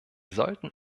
sollten